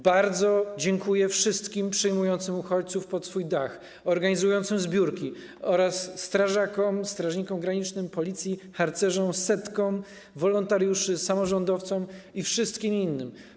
Bardzo dziękuję wszystkim przyjmującym uchodźców pod swój dach, organizującym zbiórki oraz strażakom, strażnikom granicznym, policji, harcerzom, setkom wolontariuszy, samorządowcom i wszystkim innym.